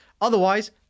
Otherwise